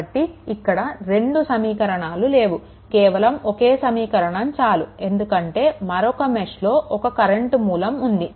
కాబట్టి ఇక్కడ రెండు సమీకరణాలు లేవు కేవలం ఒకే సమీకరణం చాలు ఎందుకంటే మరొక మెష్లో ఒక కరెంట్ మూలం ఉంది